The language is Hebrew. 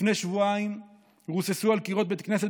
לפני שבועיים רוססו על קירות בית כנסת